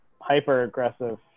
hyper-aggressive